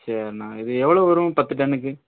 சரிண்ணா இது எவ்வளோ வரும் பத்து டன்னுக்கு